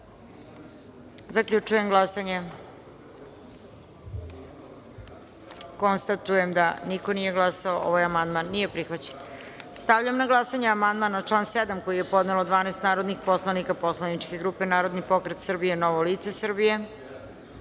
izjasnimo. Zaključujem glasanje i konstatujem da niko nije glasao. Amandman nije prihvaćen. Stavljam na glasanje amandman na član 3. koji je podnelo 12 narodnih poslanika poslaničke grupe Narodni pokret Srbije – Novo lice Srbije. Molim